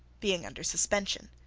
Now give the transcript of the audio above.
being under suspension,